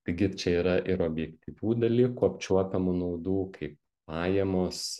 taigi čia yra ir objektyvių dalykų apčiuopiamų naudų kaip pajamos